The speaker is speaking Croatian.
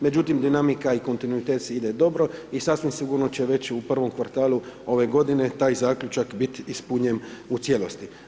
Međutim, dinamika i kontinuitet ide dobro i sasvim sigurno će već u prvom kvartalu ove godine, taj zaključak biti ispunjen u cijelosti.